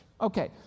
Okay